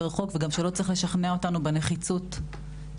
חוק וגם שלא צריך לשכנע אותנו בנחיצות הפעלתו.